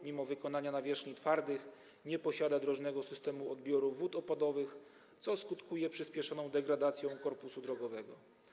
Mimo wykonania nawierzchni twardych dróg wiele z nich nie posiada drożnego systemu odbioru wód opadowych, co skutkuje przyspieszoną degradacją korpusu drogowego.